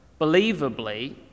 believably